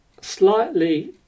Slightly